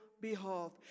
behalf